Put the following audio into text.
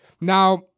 now